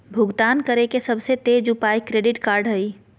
भुगतान करे के सबसे तेज उपाय क्रेडिट कार्ड हइ